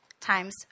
Times